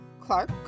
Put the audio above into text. Clark